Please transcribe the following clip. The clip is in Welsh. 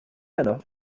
heno